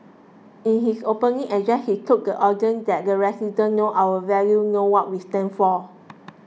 in his opening address he told the audience that the residents know our values know what we stand for